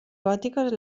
gòtiques